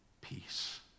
peace